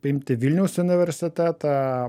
paimti vilniaus universitetą